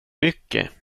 mycket